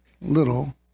little